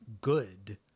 good